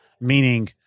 meaning